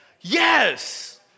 Yes